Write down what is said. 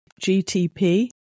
GTP